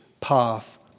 path